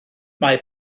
mae